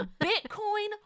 bitcoin